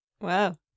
Wow